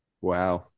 Wow